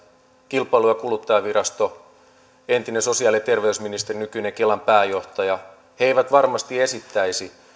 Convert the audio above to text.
kilpailu ja kuluttajavirasto ja entinen sosiaali ja terveysministeri nykyinen kelan pääjohtaja varmasti esittäisi